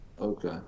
Okay